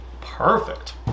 perfect